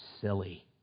silly